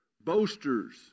Boasters